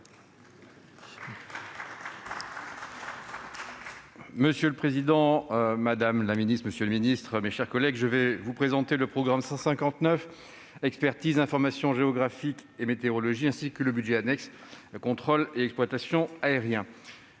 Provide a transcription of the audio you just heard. Monsieur le président, monsieur le ministre, madame la secrétaire d'État, mes chers collègues, je vais vous présenter le programme 159, « Expertise, information géographique et météorologie », ainsi que le budget annexe « Contrôle et exploitation aériens